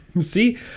See